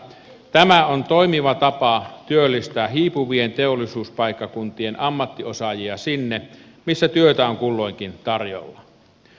tämä on toimiva tapa työllistää hiipuvien teollisuuspaikkakuntien ammattiosaajia sinne missä työtä on kulloinkin tarjolla